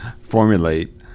formulate